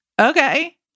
Okay